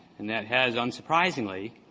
and that has, unsurprisingly,